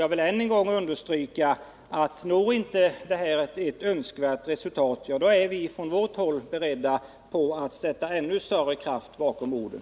Jag vill dock än en gång understryka att om etableringsdelegationens verksamhet inte ger önskat resultat, så är vi beredda att sätta ännu större kraft bakom orden.